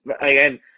again